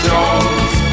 Jones